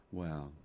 wow